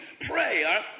Prayer